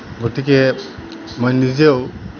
গতিকে মই নিজেও